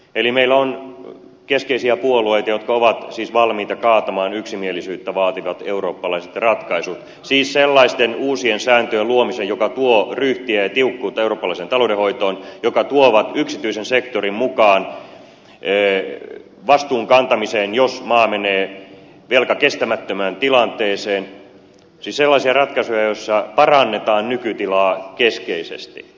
eli meillä on keskeisiä puolueita jotka ovat siis valmiita kaatamaan yksimielisyyttä vaativat eurooppalaiset ratkaisut siis sellaisten uusien sääntöjen luomisen jotka tuovat ryhtiä ja tiukkuutta eurooppalaiseen talou denhoitoon jotka tuovat yksityisen sektorin mukaan vastuun kantamiseen jos maa sen velka menee kestämättömään tilanteeseen siis sellaiset ratkaisut joissa parannetaan nykytilaa keskeisesti